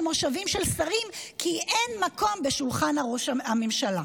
מושבים של שרים כי אין מקום בשולחן הממשלה.